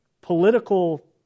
political